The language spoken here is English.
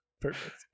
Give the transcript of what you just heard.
Perfect